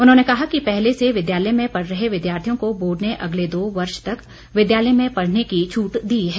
उन्होंने कहा कि पहले से विद्यालय में पढ़ रहे विद्यार्थियों को बोर्ड ने अगले दो वर्ष तक विद्यालय में पढ़ने की छूट दी है